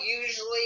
usually